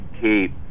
keep